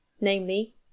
namely